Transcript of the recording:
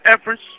efforts